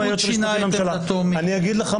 הליכוד שינה עמדתו מאז.